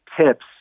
tips